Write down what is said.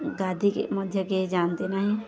ଗାଧେଇକି ମଧ୍ୟ କେହି ଯାଆନ୍ତି ନାହିଁ